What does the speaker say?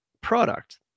product